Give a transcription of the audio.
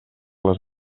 les